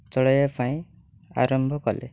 ଚଳାଇବା ପାଇଁ ଆରମ୍ଭ କଲେ